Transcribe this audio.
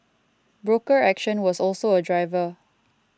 broker action was also a driver